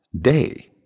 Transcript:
day